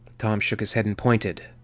tom shook his head and pointed.